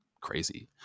crazy